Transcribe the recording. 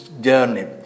journey